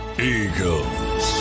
Eagles